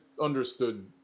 understood